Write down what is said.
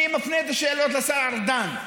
אני מפנה את השאלות לשר ארדן,